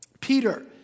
Peter